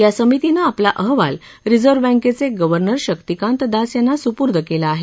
या समितीनं आपला अहवाल रिझर्व्ह बँकेचे गव्हर्नर शक्तिकांत दास यांना सुपूर्द केला आहे